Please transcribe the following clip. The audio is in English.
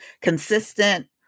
consistent